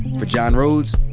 for john rhodes,